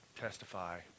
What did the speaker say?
testify